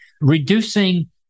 reducing